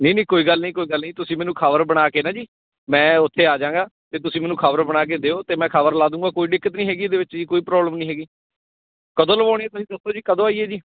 ਨਹੀਂ ਨਹੀਂ ਕੋਈ ਗੱਲ ਨਹੀਂ ਕੋਈ ਗੱਲ ਨਹੀਂ ਤੁਸੀਂ ਮੈਨੂੰ ਖਬਰ ਬਣਾ ਕੇ ਨਾ ਜੀ ਮੈਂ ਉੱਥੇ ਆ ਜਾਵਾਂਗਾ ਅਤੇ ਤੁਸੀਂ ਮੈਨੂੰ ਖਬਰ ਬਣਾ ਕੇ ਦਿਓ ਅਤੇ ਮੈਂ ਖਬਰ ਲਾਦੂੰਗਾ ਕੋਈ ਦਿੱਕਤ ਨਹੀਂ ਹੈਗੀ ਇਹਦੇ ਵਿੱਚ ਜੀ ਕੋਈ ਪ੍ਰੋਬਲਮ ਨਹੀਂ ਹੈਗੀ ਕਦੋਂ ਲਵਾਉਣੀ ਤੁਸੀਂ ਦੱਸੋ ਜੀ ਕਦੋਂ ਆਈਏ ਜੀ